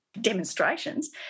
demonstrations